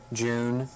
june